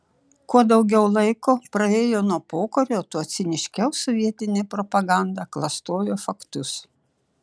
kuo daugiau laiko praėjo nuo pokario tuo ciniškiau sovietinė propaganda klastojo faktus